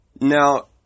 Now